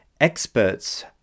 experts